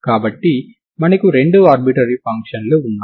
కాబట్టి మనకు రెండు ఆర్బిట్రరీ ఫంక్షన్లు ఉన్నాయి